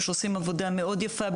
שעושים עבודה מאוד יפה,